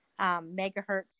megahertz